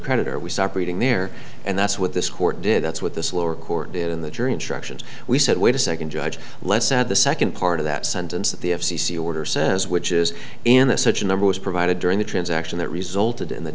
creditor we stop reading there and that's what this court did that's what this lower court in the jury instructions we said wait a second judge less said the second part of that sentence that the f c c order says which is in a such a number as provided during the transaction that resulted in the